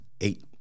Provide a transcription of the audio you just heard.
Eight